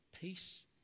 peace